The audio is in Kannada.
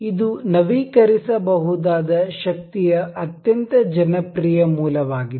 ಇದು ನವೀಕರಿಸಬಹುದಾದ ಶಕ್ತಿಯ ಅತ್ಯಂತ ಜನಪ್ರಿಯ ಮೂಲವಾಗಿದೆ